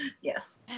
Yes